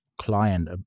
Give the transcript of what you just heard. client